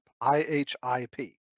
I-H-I-P